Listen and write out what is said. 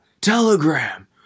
telegram